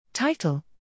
Title